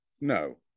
No